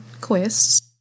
quests